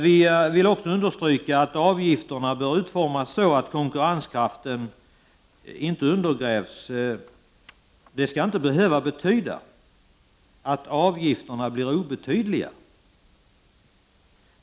Vi vill också understryka att avgifterna bör utformas så att konkurrenskraften inte undergrävs, men det skall inte behöva betyda att avgiften blir obetydlig.